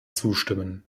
zustimmen